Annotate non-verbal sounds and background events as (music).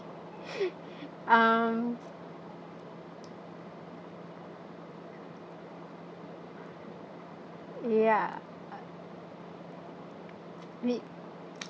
(breath) um ya uh we (noise)